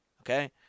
Okay